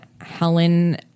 Helen